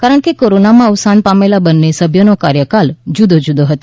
કારણ કે કોરોનામાં અવસાન પામેલા બંને સભ્યનો કાર્યકાલ જુદો જુદો હતો